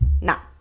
Now